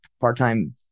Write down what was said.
part-time